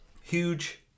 Huge